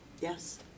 Yes